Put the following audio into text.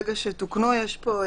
לדיון.